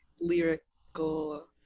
lyrical